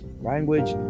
language